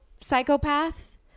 psychopath